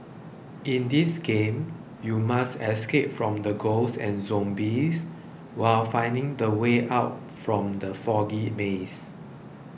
in this game you must escape from the ghosts and zombies while finding the way out from the foggy maze